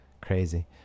crazy